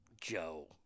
Joe